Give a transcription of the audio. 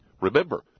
Remember